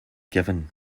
given